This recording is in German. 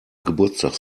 geburtstags